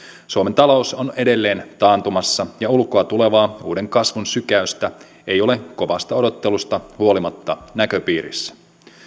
suomen talous on edelleen taantumassa ja ulkoa tulevaa uuden kasvun sykäystä ei ole kovasta odottelusta huolimatta näköpiirissä